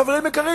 חברים יקרים,